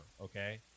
okay